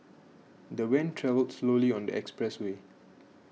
the van travelled slowly on the expressway